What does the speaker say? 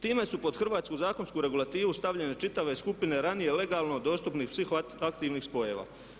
Time su pod hrvatsku zakonsku regulativu stavljene čitave skupine ranije legalno dostupnih psihoaktivnih spojeva.